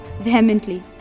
vehemently